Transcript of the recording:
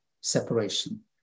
separation